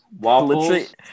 Waffles